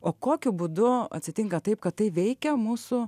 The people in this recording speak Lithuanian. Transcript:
o kokiu būdu atsitinka taip kad tai veikia mūsų